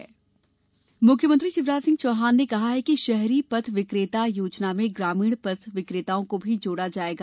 पथ विक्रेताओं मुख्यमंत्री शिवराज सिंह चौहान ने कहा है कि शहरी पथ विक्रेता योजना में ग्रामीण पथ विक्रेताओं को भी जोड़ा जायेगा